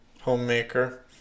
homemaker